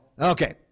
Okay